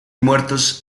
muertos